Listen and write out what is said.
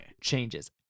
changes